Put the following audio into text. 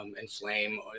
inflame